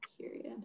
Period